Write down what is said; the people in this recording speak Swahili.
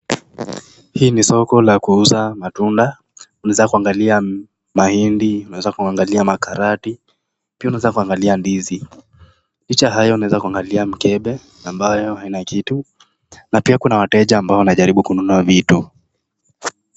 Hii ni soko la kuuza matunda, unaweza kuangalia mahindi, unaweza kuangalia makarati pia unaweza kuangalia mahindi licha ya hayo, unaweza kuangalia mikebe ambayo haina kitu na pia kuna Wateja ambao wanajaribu kununua vitu.